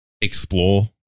explore